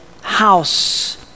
house